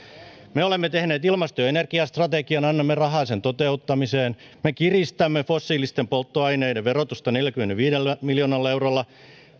me olemme tehneet ilmasto ja energiastrategian annamme rahaa sen toteuttamiseen me kiristämme fossiilisten polttoaineiden verotusta neljälläkymmenelläviidellä miljoonalla eurolla